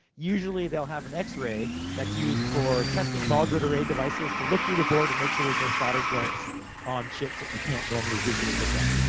usually, they'll have an x-ray that's used for testing ball grid array devices to look through the board, and make sure there's no solder joints on chips, that you can't normally visually look at.